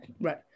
Right